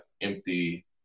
empty